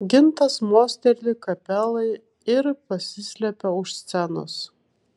gintas mosteli kapelai ir pasislepia už scenos